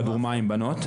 כדור מים - בנות,